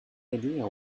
idea